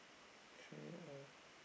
okay uh